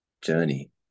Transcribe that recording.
journey